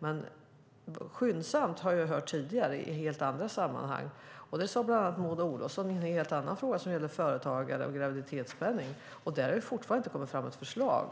Men "skyndsamt" har jag hört tidigare i helt andra sammanhang. Det sade till exempel Maud Olofsson i en helt annan fråga som gällde företagare och graviditetspenning. Där har det fortfarande inte kommit fram något förslag.